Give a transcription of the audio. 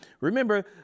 Remember